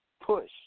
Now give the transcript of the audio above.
push